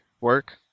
work